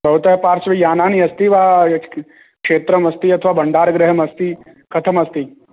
भवतः पार्श्वे यानानि अस्ति वा क्षेत्रम् अस्ति यथा भण्डारगृहम् अस्ति कथम् अस्ति